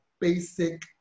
basic